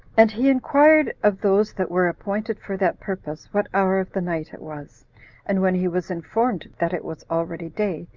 and he inquired of those that were appointed for that purpose, what hour of the night it was and when he was informed that it was already day,